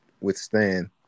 withstand